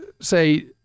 say